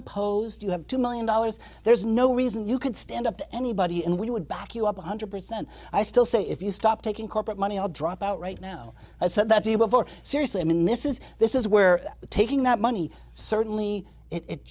unopposed you have two million dollars there's no reason you could stand up to anybody and we would back you up one hundred percent i still say if you stop taking corporate money i'll drop out right now i said that to you before seriously i mean this is this is where taking that money certainly it